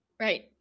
right